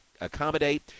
accommodate